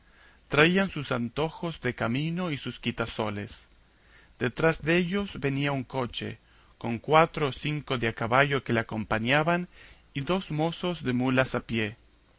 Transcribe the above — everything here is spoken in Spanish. traían sus antojos de camino y sus quitasoles detrás dellos venía un coche con cuatro o cinco de a caballo que le acompañaban y dos mozos de mulas a pie